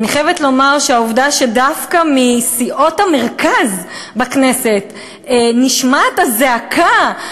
אני חייבת לומר שהעובדה שדווקא מסיעות המרכז בכנסת נשמעת הזעקה,